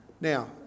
Now